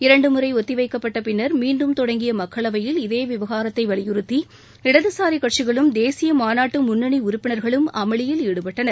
இரண்டு முறை ஒத்தி வைக்கப்பட்ட பின்னர் மீண்டும் தொடங்கிய மக்களவையில் இதே விவகாரத்தை வலியுறுத்தி இடதுசாரி கட்சிகளும் தேசிய மாநாட்டு முன்னணி உறுப்பினர்களும் அமளியில் ஈடுபட்டனர்